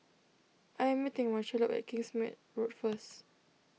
I am meeting Marchello at Kingsmead Road first